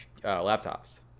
laptops